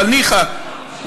אבל ניחא,